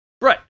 Right